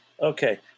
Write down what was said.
Okay